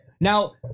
now